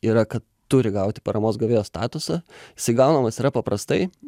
yra kad turi gauti paramos gavėjo statusą jisai gaunamas yra paprastai